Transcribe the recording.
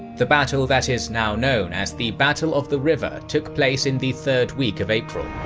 the battle that is now known as the battle of the river took place in the third week of april.